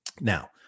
Now